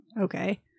okay